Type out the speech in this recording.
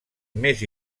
més